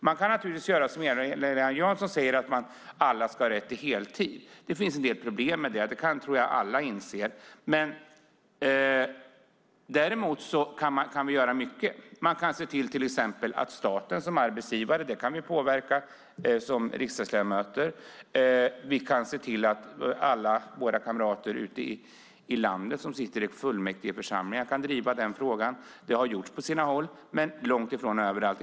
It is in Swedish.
Man kan naturligtvis göra som Eva-Lena Jansson säger, att alla ska få rätt till heltid. Det finns en del problem med det. Det tror jag att alla inser. Däremot kan vi göra mycket. Vi kan till exempel som riksdagsledamöter påverka staten som arbetsgivare. Vi kan se till att alla våra kamrater ute i landet som sitter i fullmäktigeförsamlingar driver den frågan. Det har gjorts på sina håll men långt ifrån överallt.